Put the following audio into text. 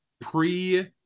pre